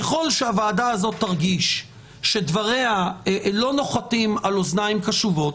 ככל שהוועדה הזאת תרגיש שדבריה לא נוחתים על אוזניים קשובות,